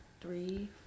three